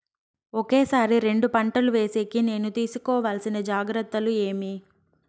ఒకే సారి రెండు పంటలు వేసేకి నేను తీసుకోవాల్సిన జాగ్రత్తలు ఏమి?